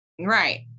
Right